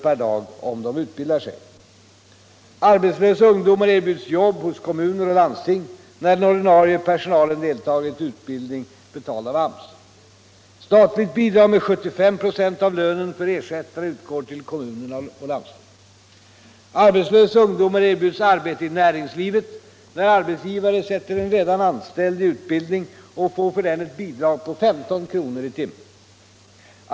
per dag om de utbildar sig. Arbetslösa ungdomar erbjuds jobb hos kommuner och landsting när den ordinarie personalen deltagit i utbildning betald av AMS. Statligt bidrag med 75 96 av lönen för ersättarna utgår till kommuner och landsting. Arbetslösa ungdomar erbjuds arbete i näringslivet när arbetsgivare sätter en redan anställd i utbildning och för den får ett bidrag på 15 kr. i timmen.